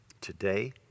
today